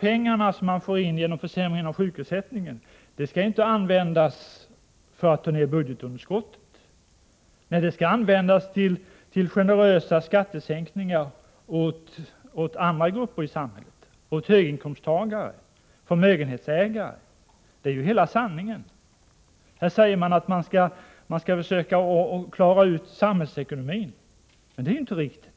pengar man får in genom försämringen av sjukersättningen skall inte användas för att ta ned budgetunderskottet, de skall användas till generösa skattesänkningar för andra grupper i samhället — höginkomsttagare och förmögenhetsägare. Det är hela sanningen. Här säger man att man skall försöka klara upp samhällsekonomin — men det är ju inte riktigt.